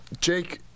Jake